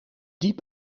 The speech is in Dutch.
diep